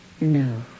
No